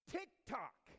TikTok